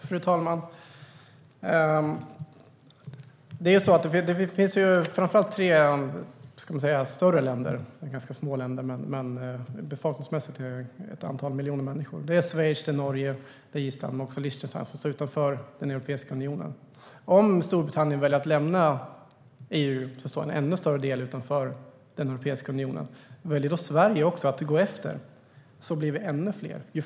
Fru talman! Det finns framför allt några större länder - det är ganska små länder men befolkningsmässigt är det ett antal miljoner människor - nämligen Schweiz, Norge, Island och Lichtenstein, som står utanför Europeiska unionen. Om Storbritannien väljer att lämna EU står en ännu större del utanför Europeiska unionen. Det finns möjlighet för Sverige att också göra det. Då blir vi ännu fler som står utanför.